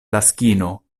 laskino